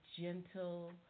gentle